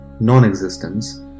non-existence